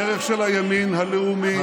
דרך של הימין הלאומי,